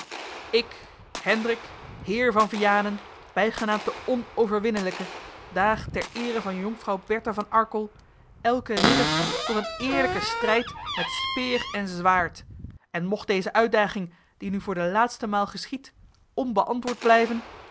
ik hendrik heer van vianen bijgenaamd de onoverwinnelijke daag ter eere van jonkvrouw bertha van arkel elken ridder tot een eerlijken strijd met speer en zwaard en mocht deze uitdaging die nu voor de laatste maal geschiedt onbeantwoord blijven